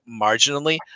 marginally